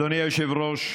אדוני היושב-ראש,